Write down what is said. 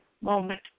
moment